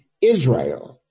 Israel